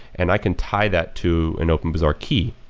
and i can tie that to an openbazaar key,